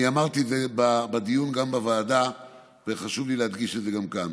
אני אמרתי את זה גם בדיון בוועדה וחשוב לי להדגיש את זה גם כאן.